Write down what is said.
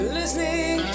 listening